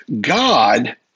God